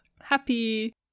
happy